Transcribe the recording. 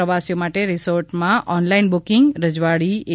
પ્રવાસીઓ માટે રિસોર્ટમાં ઓનલાઇન બુકીંગ રજવાડી એ